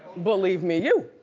believe me you.